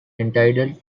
entitled